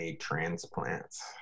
transplants